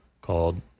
called